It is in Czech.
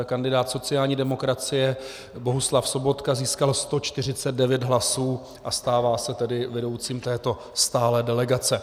Kandidát sociální demokracie Bohuslav Sobotka získal 149 hlasů a stává se tedy vedoucím této stálé delegace.